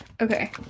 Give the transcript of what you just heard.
okay